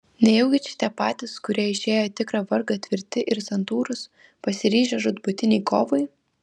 nejaugi čia tie patys kurie išėjo į tikrą vargą tvirti ir santūrūs pasiryžę žūtbūtinei kovai